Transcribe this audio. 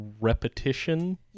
repetition